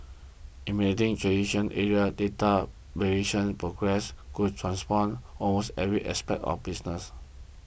eliminating traditional Asia data verification progress could transform almost every aspect of business